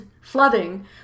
flooding